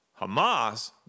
Hamas